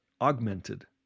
augmented